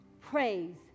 praise